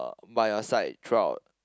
by your side throughout